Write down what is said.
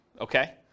okay